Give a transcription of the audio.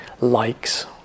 likes